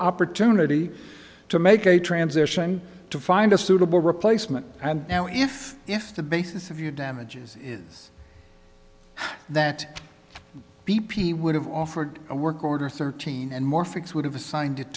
opportunity to make a transition to find a suitable replacement and if if the basis of your damages is that b p would have offered a work order thirteen and more fix would have assigned it